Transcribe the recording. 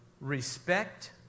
respect